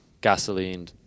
gasoline